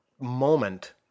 moment